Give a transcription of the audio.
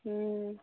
ꯎꯝ